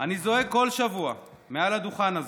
אני זועק כל שבוע מעל הדוכן הזה,